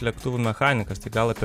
lėktuvų mechanikas tai gal apie